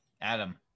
Adam